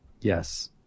Yes